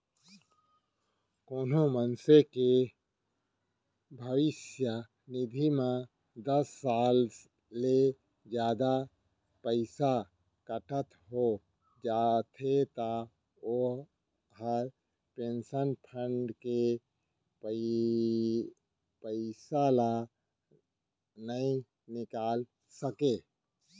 कोनो मनसे के भविस्य निधि म दस साल ले जादा पइसा कटत हो जाथे त ओ ह पेंसन फंड के पइसा ल नइ निकाल सकय